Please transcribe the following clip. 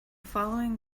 following